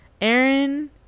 Aaron